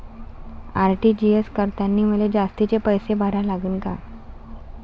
RTGS करतांनी मले जास्तीचे पैसे भरा लागन का?